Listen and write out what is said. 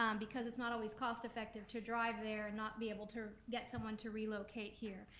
um because it's not always cost effective to drive there and not be able to get someone to relocate here,